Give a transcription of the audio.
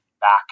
back